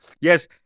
Yes